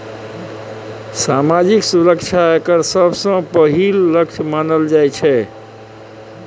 सामाजिक सुरक्षा एकर सबसँ पहिल लक्ष्य मानल जाइत छै